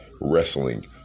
wrestling